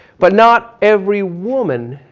but not every woman